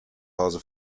hause